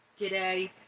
G'day